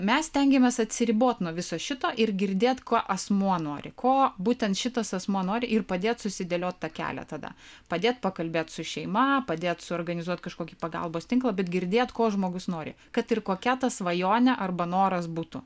mes stengiamės atsiriboti nuo viso šito ir girdėt ko asmuo nori ko būtent šitas asmuo nori ir padėt susidėliot tą kelią tada padėt pakalbėt su šeima padėt suorganizuot kažkokį pagalbos tinklą bet girdėt ko žmogus nori kad ir kokia ta svajonė arba noras būtų